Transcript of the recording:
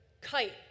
kite